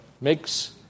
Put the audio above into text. makes